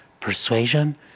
persuasion